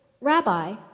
Rabbi